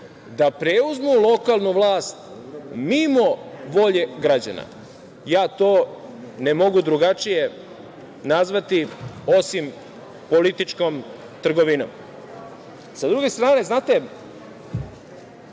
da preuzmu lokalnu vlast mimo volje građana. Ja to ne mogu drugačije nazvati osim političkom trgovinom. Sa druge strane, kaže